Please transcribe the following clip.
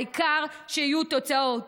העיקר שיהיו תוצאות.